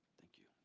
thank you